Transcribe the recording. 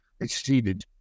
exceeded